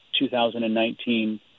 2019